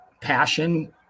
passion